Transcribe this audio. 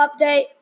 update